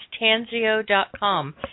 tanzio.com